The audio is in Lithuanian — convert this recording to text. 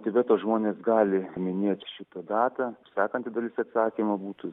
tibeto žmonės gali minėti šitą datą sekanti dalis atsakymo būtų